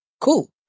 Cool